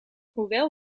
hoewel